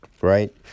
right